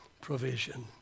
provision